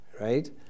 right